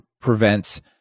prevents